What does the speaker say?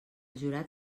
jurat